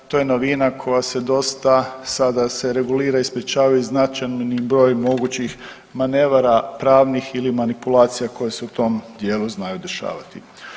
To je novina koja se dosta, sada se regulira i sprječavaju značajan broj mogućih manevara pravnih ili manipulacija koje se u tom dijelu znaju dešavati.